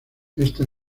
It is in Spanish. esta